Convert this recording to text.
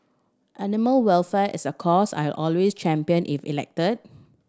animal welfare is a cause I'll always champion if elected